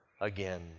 again